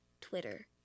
Twitter